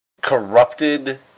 corrupted